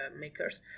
makers